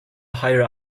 hire